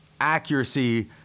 accuracy